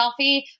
selfie